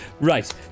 Right